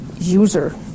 user